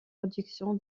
production